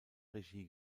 regie